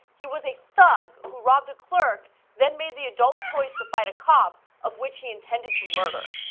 he was a thug, who robbed a clerk then made the adult choice to fight a cop, of which he intended to murder.